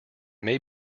may